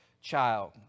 child